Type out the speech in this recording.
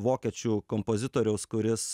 vokiečių kompozitoriaus kuris